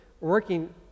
working